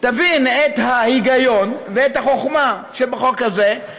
תבין את ההיגיון ואת החוכמה שבחוק הזה,